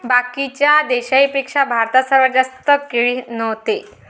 बाकीच्या देशाइंपेक्षा भारतात सर्वात जास्त केळी व्हते